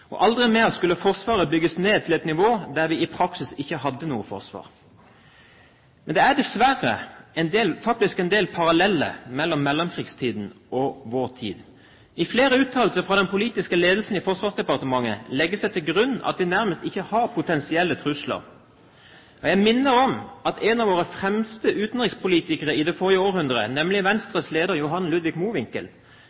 og aldri mer skulle Forsvaret bygges ned til et nivå der vi i praksis ikke hadde noe forsvar. Men det er dessverre faktisk en del paralleller mellom mellomkrigstiden og vår tid. I flere uttalelser fra den politiske ledelsen i Forsvarsdepartementet legges det til grunn at vi nærmest ikke har potensielle trusler. Og jeg minner om at en av våre fremste utenrikspolitikere i det forrige århundre, nemlig